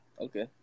okay